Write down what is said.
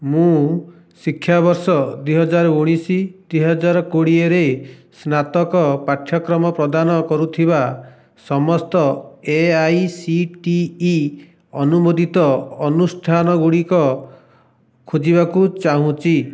ମୁଁ ଶିକ୍ଷାବର୍ଷ ଦୁଇ ହଜାର ଉଣାଇଶ ଦୁଇ ହଜାର କୋଡିଏରେ ସ୍ନାତକ ପାଠ୍ୟକ୍ରମ ପ୍ରଦାନ କରୁଥିବା ସମସ୍ତ ଏଆଇସିଟିଇ ଅନୁମୋଦିତ ଅନୁଷ୍ଠାନଗୁଡ଼ିକ ଖୋଜିବାକୁ ଚାହୁଁଛି